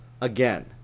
again